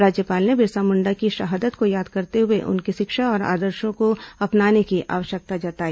राज्यपाल ने बिरसा मुंडा की शहादत को याद करते हुए उनकी शिक्षा और आदर्शो को अपनाने की आवश्यकता जताई